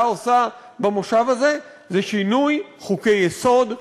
עושה במושב הזה זה שינוי חוקי-יסוד,